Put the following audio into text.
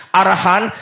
arahan